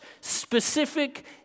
specific